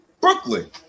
Brooklyn